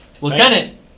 Lieutenant